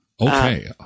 Okay